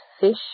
fish